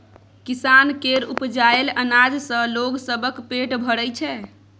किसान केर उपजाएल अनाज सँ लोग सबक पेट भरइ छै